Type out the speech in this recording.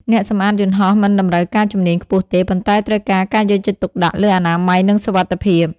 អ្នកសម្អាតយន្តហោះមិនតម្រូវការជំនាញខ្ពស់ទេ ប៉ុន្តែត្រូវការការយកចិត្តទុកដាក់លើអនាម័យនិងសុវត្ថិភាព។